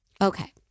Okay